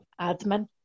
admin